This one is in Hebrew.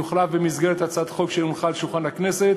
יוחלף במסגרת הצעת חוק שהונחה על שולחן הכנסת